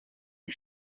een